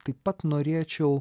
taip pat norėčiau